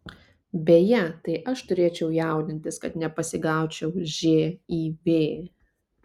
beje tai aš turėčiau jaudintis kad nepasigaučiau živ